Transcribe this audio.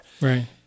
Right